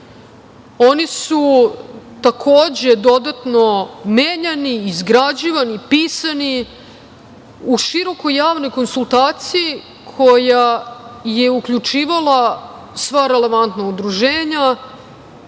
Oni su takođe dodatno menjani, izgrađivani, pisani u širokoj javnoj konsultaciji koja je uključivala sva relevantna udruženja